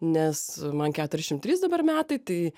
nes man keturiasdešimt trys dabar metai tai